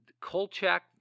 Kolchak